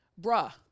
Bruh